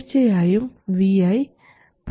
തീർച്ചയായും vi 0